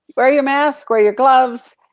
wear your mask, wear your gloves.